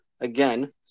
Again